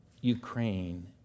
Ukraine